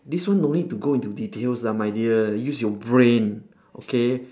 this one don't need to go into details lah my dear use your brain okay